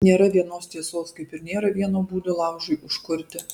nėra vienos tiesos kaip ir nėra vieno būdo laužui užkurti